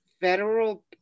federal